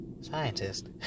Scientist